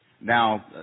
Now